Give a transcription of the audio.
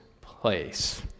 place